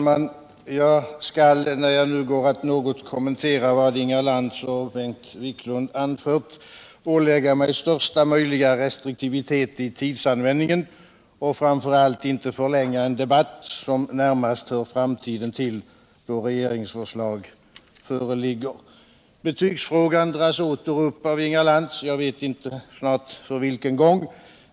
Herr talman! När jag nu går att något kommentera vad Inga Lantz och Bengt Wiklund anfört skall jag ålägga mig största möjliga restriktivitet vid tidsanvändningen och framför allt inte förlänga en debatt som närmast hör framtiden till, då regeringsförslag föreligger. Betygsfrågan dras åter upp av Inga Lantz —-jag vet snart inte för vilken gång i ordningen.